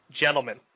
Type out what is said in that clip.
gentlemen